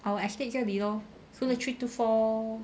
our estate 这里 lor 除了 three two four